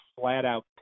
flat-out